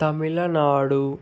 Tamil Nadu